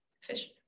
fish